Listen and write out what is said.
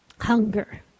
hunger